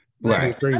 Right